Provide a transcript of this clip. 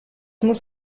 muss